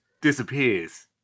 disappears